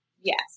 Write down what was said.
yes